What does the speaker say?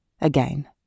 Again